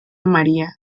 maría